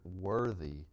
worthy